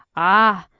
ah!